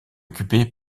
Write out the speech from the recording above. occupés